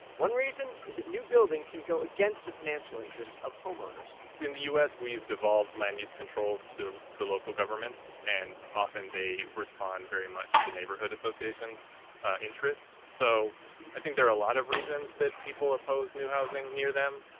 one reason is that new building can go against the financial interest of homeowners in the u s, we've devolved land use controls to to local governments, and often they respond very much to neighborhood associations' interests. so i think there are a lot of reasons that people oppose new housing near them,